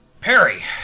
Perry